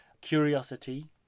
curiosity